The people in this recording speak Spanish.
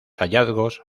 hallazgos